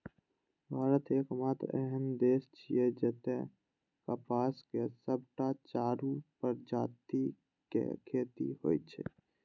भारत एकमात्र एहन देश छियै, जतय कपासक सबटा चारू प्रजातिक खेती होइ छै